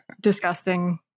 disgusting